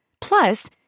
Plus